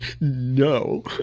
no